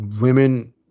Women